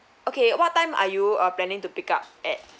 okay what time are you uh planning to pick up at